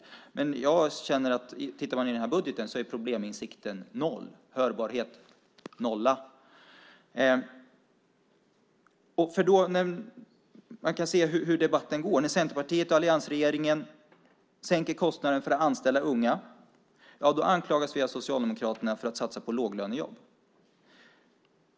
Om man tittar i den här budgeten kan man se att probleminsikten är noll, hörbarhet nolla. Man kan se hur debatten går. När Centerpartiet och alliansregeringen sänker kostnaden för att anställa unga anklagas vi av Socialdemokraterna för att satsa på låglönejobb.